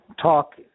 talk